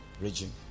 region